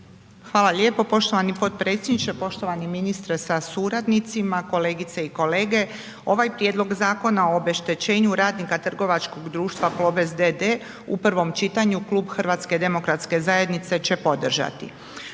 Hvala lijepa poštovani potpredsjedniče. Poštovani ministre sa suradnicima, kolegice i kolege ovaj Prijedlog Zakona o obeštećenju radnika trgovačkog društva Plobest d.d. u prvom čitanju Klub HDZ-a će podržati.